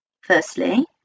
Firstly